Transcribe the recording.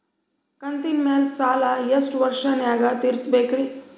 ಕಂತಿನ ಮ್ಯಾಲ ಸಾಲಾ ಎಷ್ಟ ವರ್ಷ ನ್ಯಾಗ ತೀರಸ ಬೇಕ್ರಿ?